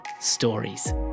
stories